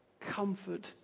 comfort